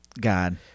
god